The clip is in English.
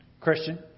Christian